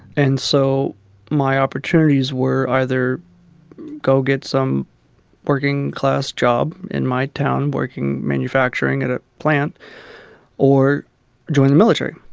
and so my opportunities were either go get some working-class job in my town working manufacturing at a plant or join the military